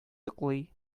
йоклый